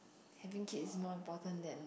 having kid is more important than